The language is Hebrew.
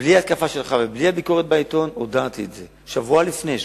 בלי התקפה שלך ובלי הביקורת בעיתון הודעתי את זה שבוע לפני,